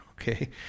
okay